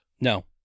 No